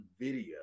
video